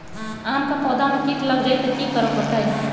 आम क पौधा म कीट लग जई त की करब बताई?